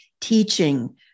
teaching